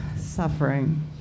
suffering